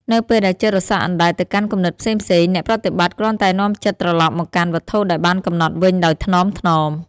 នៅពេលដែលចិត្តរសាត់អណ្ដែតទៅកាន់គំនិតផ្សេងៗ អ្នកប្រតិបត្តិគ្រាន់តែនាំចិត្តត្រឡប់មកកាន់វត្ថុដែលបានកំណត់វិញដោយថ្នមៗ។